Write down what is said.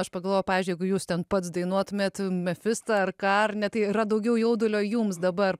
aš pagalvojau pavyzdžiui jeigu jūs ten pats dainuotumėt mefistą ar ką ar ne tai yra daugiau jaudulio jums dabar